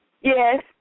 Yes